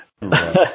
right